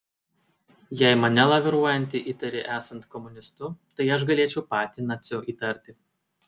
jei mane laviruojantį įtari esant komunistu tai aš galėčiau patį naciu įtarti